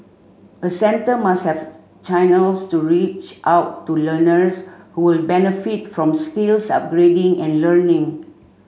a centre must have channels to reach out to learners who benefit from skills upgrading and learning